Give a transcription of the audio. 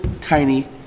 tiny